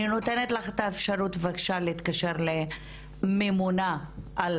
אני נותנת לך את האפשרות בבקשה להתקשר לממונה על